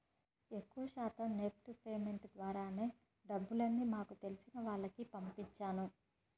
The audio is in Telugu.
ఎక్కువ శాతం నెఫ్ట్ పేమెంట్స్ ద్వారానే డబ్బుల్ని మాకు తెలిసిన వాళ్లకి పంపించాను